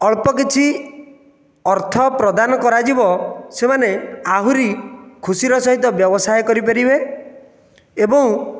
ଅଳ୍ପ କିଛି ଅର୍ଥ ପ୍ରଦାନ କରାଯିବ ସେମାନେ ଆହୁରି ଖୁସିର ସହିତ ବ୍ୟବସାୟ କରିପାରିବେ ଏବଂ